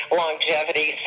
longevity